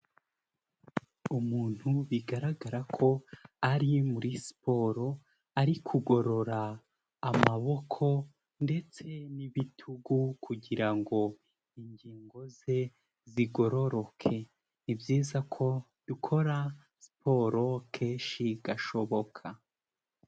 Umuntu bigaragara ko ari muri siporo, ari kugorora amaboko ndetse n'ibitugu kugira ngo ingingo ze zigororoke, ni ibyiza ko dukora siporo kenshi gashoboka.